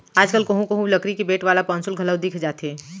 आज कल कोहूँ कोहूँ लकरी के बेंट वाला पौंसुल घलौ दिख जाथे